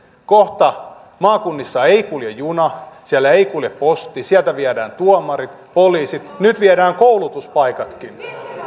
kohta maakunnissa ei kulje juna siellä ei kulje posti sieltä viedään tuomarit poliisit nyt viedään koulutuspaikatkin